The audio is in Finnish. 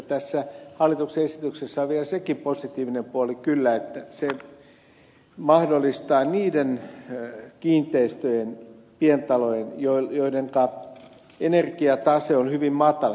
tässä hallituksen esityksessä on vielä sekin positiivinen puoli kyllä että se mahdollistaa sen että sellaiset kiinteistöt pientalot joidenka energiatase on hyvin matala